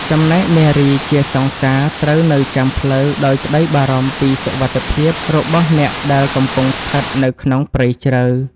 ចំណែកនារីជាសង្សារត្រូវនៅចាំផ្លូវដោយក្តីបារម្ភពីសុវត្ថិភាពរបស់អ្នកដែលកំពុងស្ថិតនៅក្នុងព្រៃជ្រៅ។